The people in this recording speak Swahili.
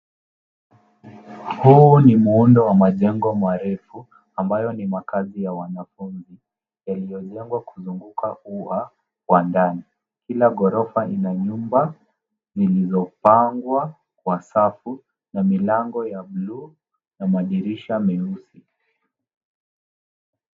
Huu ni muundo wa majengo marefu ambayo ni makaazi ya wanafunzi, yaliyojengwa kuzunguka ua wa ndani. Kila ghorofa ina nyumba zilizopangwa kwa safu na milango ya buluu na madirisha meusi.